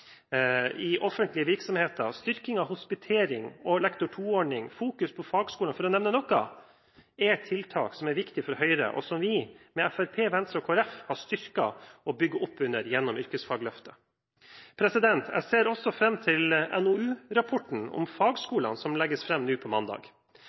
i offentlige virksomheter, styrking av hospitering og Lektor 2-ordningen, fokus på fagskolen – for å nevne noe – er tiltak som er viktige for Høyre, og som vi, med Fremskrittspartiet, Venstre og Kristelig Folkeparti, har styrket og bygger opp under gjennom Yrkesfagløftet. Jeg ser også fram til NOU-rapporten om